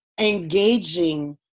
engaging